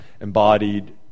embodied